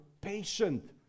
patient